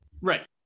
Right